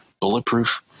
bulletproof